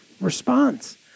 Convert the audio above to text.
response